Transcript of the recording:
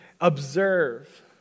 observe